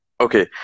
Okay